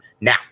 now